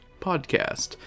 podcast